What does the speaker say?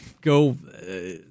go